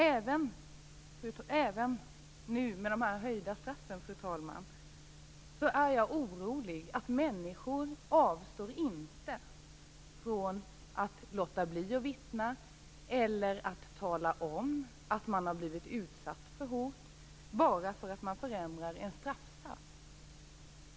Även nu med de höjda straffen, fru talman, är jag orolig för att människor inte avstår från att låta bli att vittna eller tala om att de blivit utsatta för hot bara för att man förändrar en straffsats.